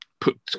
put